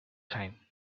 time